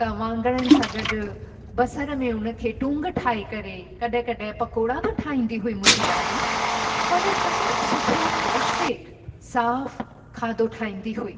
त वाङणनि सां गॾु बसर में उनखे टुंग ठाहे करे कॾहिं कॾहिं पकौड़ा बि ठाहींदी हुई मुंहिंजी ॾाॾी पर तमामु सुठो पोष्टिक सां खाधो ठाहींदी हुई